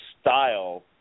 style